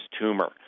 tumor